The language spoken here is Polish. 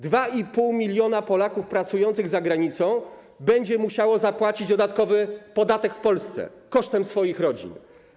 2,5 mln Polaków pracujących za granicą będzie musiało zapłacić dodatkowy podatek w Polsce kosztem swoich rodzin.